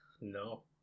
No